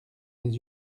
les